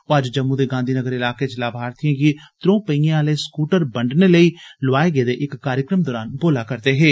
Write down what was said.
ओ अज्ज जम्मू दे गांधीनगर इलाके च लाभार्थिएं गी त्रो पहिएं आले स्कूटर बंडने लेई लोआए गेदे कार्यक्रम दौरान बोला'रदे हे